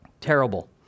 terrible